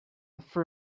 for